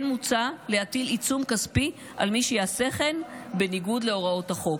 כן מוצע להטיל עיצום כספי על מי שיעשה כן בניגוד להוראות החוק.